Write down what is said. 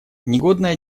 негодная